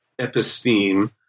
episteme